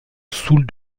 soult